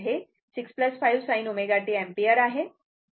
तर हे 6 5 sin ω t ampere आहे